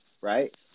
right